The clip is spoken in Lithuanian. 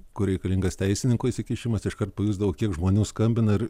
kur reikalingas teisininkų įsikišimas iškart pajusdavau kiek žmonių skambina ir